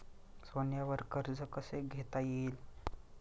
सोन्यावर कर्ज कसे घेता येईल?